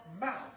mouth